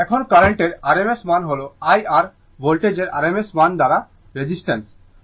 এখন কার্রেন্টের rms মান হল IR ভোল্টেজের rms মান দ্বারা রেজিস্টেন্স